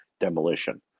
demolition